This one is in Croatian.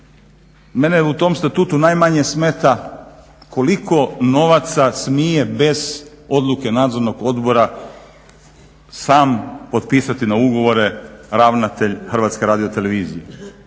Mene je u tom statutu najmanje smeta koliko novaca smije bez odluke nadzornog odbora sam otpisati na ugovore ravnatelj HRT-a i slažem